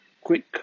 quick